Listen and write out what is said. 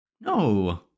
No